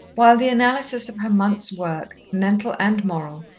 while the analysis of her month's work, mental and moral,